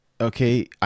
Okay